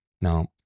Now